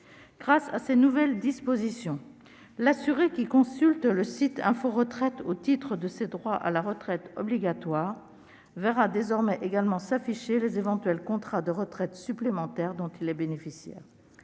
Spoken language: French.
Grâce à ces nouvelles dispositions, l'assuré qui consultera le site Info Retraite au titre de ses droits à la retraite obligatoire verra désormais s'afficher également les éventuels contrats d'épargne retraite supplémentaire dont il est bénéficiaire.